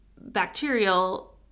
bacterial